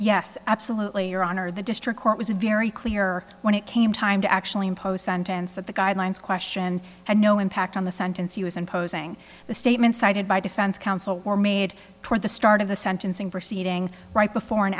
yes absolutely your honor the district court was very clear when it came time to actually impose sentence that the guidelines question had no impact on the sentence he was imposing the statement cited by defense counsel or made toward the start of the sentencing proceeding right before and